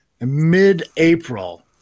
mid-April